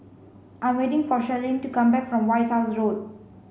I'm waiting for Cherilyn to come back from White House Road